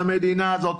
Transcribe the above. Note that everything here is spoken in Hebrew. המדינה הזאת.